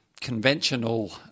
conventional